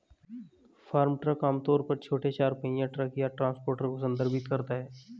farm truck आम तौर पर छोटे चार पहिया ट्रक या ट्रांसपोर्टर को संदर्भित करता है